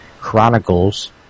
Chronicles